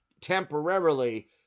temporarily